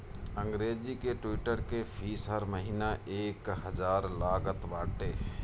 अंग्रेजी के ट्विटर के फ़ीस हर महिना एक हजार लागत बाटे